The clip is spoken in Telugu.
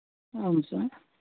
అవును సార్